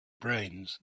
brains